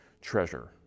treasure